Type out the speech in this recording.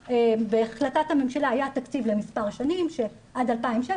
בהחלטת הממשלה היה תקציב למספר שנים עד 2016,